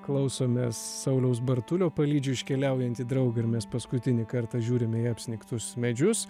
klausomės sauliaus bartulio palydžiu iškeliaujantį draugą ir mes paskutinį kartą žiūrime į apsnigtus medžius